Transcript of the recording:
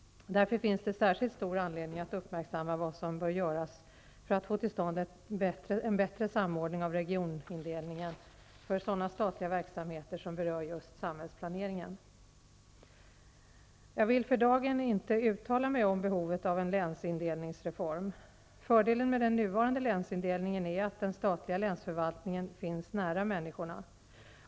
Därför finns det särskilt stor anledning att uppmärksamma vad som bör göras för att få till stånd en bättre samordning av regionindelningen för sådana statliga verksamheter som berör just samhällsplaneringen. Jag vill för dagen inte uttala mig om behovet av en länsindelningsreform. Fördelen med den nuvarande länsindelningen är att den statliga länsförvaltningen finns nära människorna.